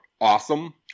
awesome